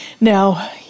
Now